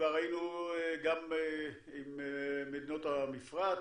כבר היינו גם עם מדינות המפרץ,